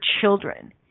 children